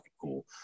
cool